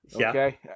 Okay